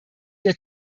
der